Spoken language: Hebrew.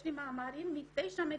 יש לי מאמרים מתשע מדינות.